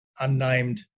unnamed